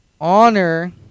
Honor